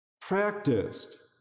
practiced